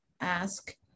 ask